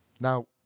Now